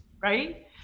right